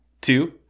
two